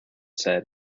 said